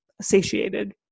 satiated